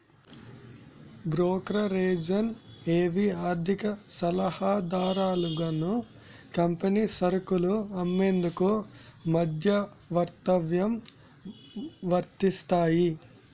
brokerages ఏవి ఆర్థిక సలహాదారులుగాను కంపెనీ సరుకులు అమ్మేందుకు మధ్యవర్తత్వం వహిస్తాయి